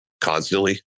constantly